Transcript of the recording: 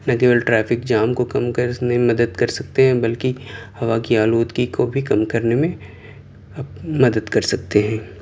نہ کیول traffic jam کو کم کرنے میں مدد کر سکتے ہیں بلکہ ہوا کی آلودگی کو بھی کم کرنے میں مدد کر سکتے ہیں